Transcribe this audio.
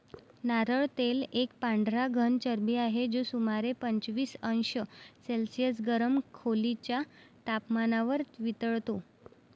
नारळ तेल एक पांढरा घन चरबी आहे, जो सुमारे पंचवीस अंश सेल्सिअस गरम खोलीच्या तपमानावर वितळतो